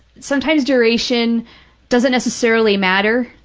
sometimes duration doesn't necessarily matter.